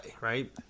right